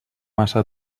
massa